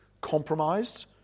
compromised